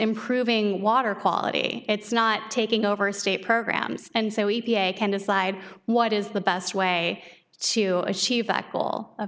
improving water quality it's not taking over a state programs and so e p a can decide what is the best way to achieve